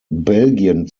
belgien